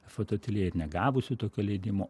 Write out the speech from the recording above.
fotoateljė ir negavusių tokio leidimo